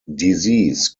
disease